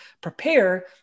prepare